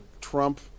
Trump